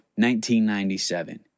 1997